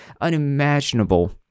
unimaginable